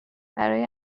برای